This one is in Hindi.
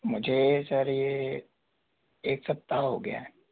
मुझे सर यह एक सप्ताह हो गया है